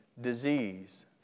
Disease